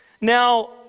Now